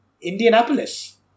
Indianapolis